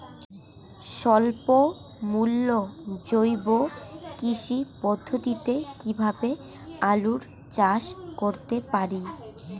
স্বল্প মূল্যে জৈব কৃষি পদ্ধতিতে কীভাবে আলুর চাষ করতে পারি?